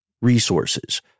resources